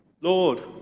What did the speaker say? Lord